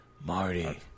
Marty